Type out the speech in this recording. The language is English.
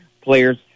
players